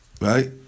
right